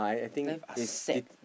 life are sad